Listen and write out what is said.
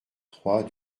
trois